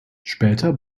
später